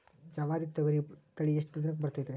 ಜವಾರಿ ತೊಗರಿ ತಳಿ ಎಷ್ಟ ದಿನಕ್ಕ ಬರತೈತ್ರಿ?